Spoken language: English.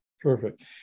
Perfect